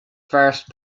first